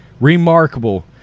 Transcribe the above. Remarkable